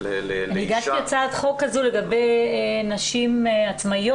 לאישה --- אני הגשתי הצעת חוק כזו לגבי נשים עצמאיות.